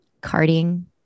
carting